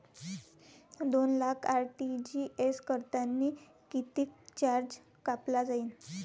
दोन लाख आर.टी.जी.एस करतांनी कितीक चार्ज कापला जाईन?